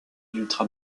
ultra